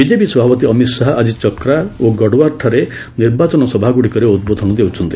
BJP ସଭାପତି ଅମିତ୍ ଶାହା ଆଜି ଚକ୍ରା ଓ ଗଡ଼୍ୱାଠାରେ ନିର୍ବାଚନ ସଭାଗୁଡ଼ିକରେ ଉଦ୍ବୋଧନ ଦେଉଛନ୍ତି